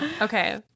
Okay